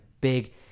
big